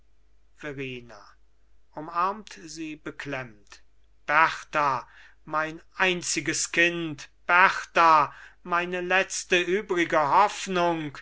verrina umarmt sie beklemmt berta mein einziges kind berta meine letzte übrige hoffnung